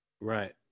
Right